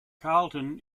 carlton